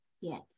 Yes